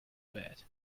bed